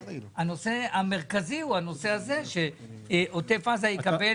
הנושא המרכזי הוא הנושא הזה שעוטף עזה יקבל